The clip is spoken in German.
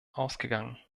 ausgegangen